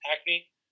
acne